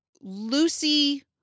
Lucy